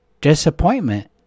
disappointment